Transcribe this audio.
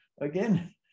again